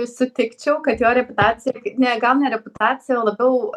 sutikčiau kad jo reputacija ne gal ne reputacija o labiau